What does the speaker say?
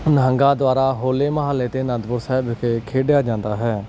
ਨਿਹੰਗਾਂ ਦੁਆਰਾ ਹੋਲੇ ਮਹੱਲੇ 'ਤੇ ਆਨੰਦਪੁਰ ਸਾਹਿਬ ਵਿਖੇ ਖੇਡਿਆ ਜਾਂਦਾ ਹੈ